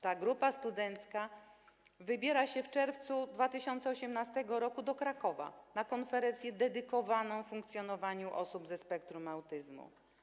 Ta grupa studencka wybiera się w czerwcu 2018 r. do Krakowa na konferencję dedykowaną funkcjonowaniu osób ze spektrum autyzmu.